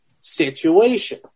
situation